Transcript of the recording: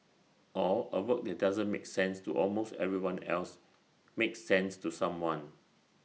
or A work that doesn't make sense to almost everyone else makes sense to someone